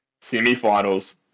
semifinals